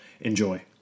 Enjoy